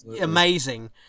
amazing